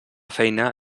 feina